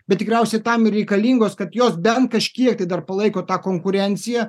bet tikriausiai tam ir reikalingos kad jos bent kažkiek tai dar palaiko tą konkurenciją